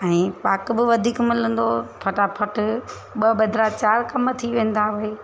ऐं पाक बि वधीक मिलंदो फटाफट ॿ बदिरां चारि कम थी वेंदा भई